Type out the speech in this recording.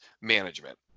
management